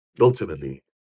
ultimately